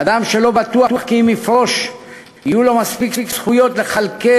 אדם שלא בטוח שאם יפרוש יהיו לו מספיק זכויות לכלכל